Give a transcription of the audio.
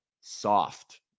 soft